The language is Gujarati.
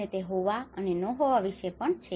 અને તે હોવા અને ન હોવા વિશે પણ છે